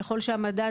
ככל שהמדד